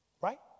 Right